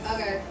Okay